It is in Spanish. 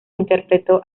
interpretó